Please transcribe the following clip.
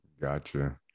Gotcha